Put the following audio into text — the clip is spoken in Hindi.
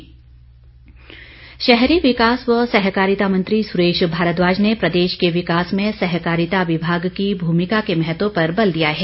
भारद्वाज शहरी विकास व सहकारिता मंत्री सुरेश भारद्वाज ने प्रदेश के विकास में सहकारिता विभाग की भूमिका के महत्व पर बल दिया है